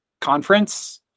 conference